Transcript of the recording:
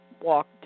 walk